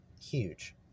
Huge